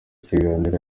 ikiganiro